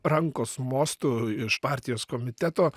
rankos mostu iš partijos komiteto